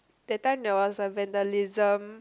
that time there was a vandalism